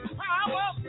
power